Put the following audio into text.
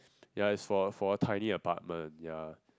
ya it's for for tidy apartment ya